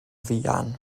fuan